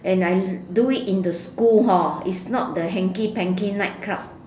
and I do it in the school hor it's not the hanky panky nightclub